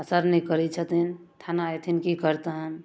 असर नहि करै छथिन थाना ऐथिन की करतनि